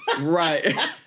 Right